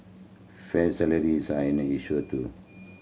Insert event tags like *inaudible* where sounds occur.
fair salaries are an a issue *unintelligible* too